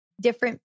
different